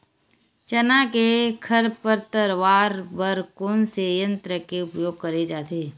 चना के खरपतवार बर कोन से यंत्र के उपयोग करे जाथे?